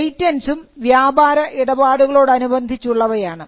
പേറ്റന്റ്സും വ്യാപാര ഇടപാടുകളോടനുബന്ധിച്ചുള്ളവയാണ്